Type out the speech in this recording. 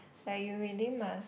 like you really must